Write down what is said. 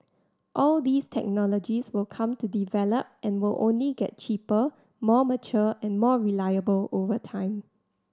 all these technologies will come to develop and will only get cheaper more mature and more reliable over time